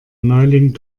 neuling